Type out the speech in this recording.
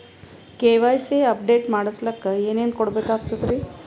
KYC update ಮಾಡಸ್ಲಕ ಏನೇನ ಕೊಡಬೇಕಾಗ್ತದ್ರಿ?